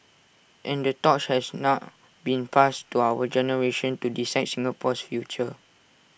and the torch has now been passed to our generation to decide Singapore's future